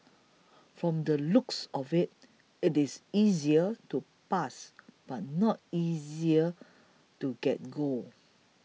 from the looks of it it is easier to pass but not easier to get gold